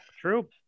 True